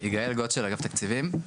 יגאל גוטשל, אגב תקציבים.